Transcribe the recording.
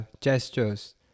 gestures